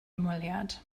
hymweliad